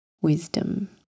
Wisdom